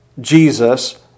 jesus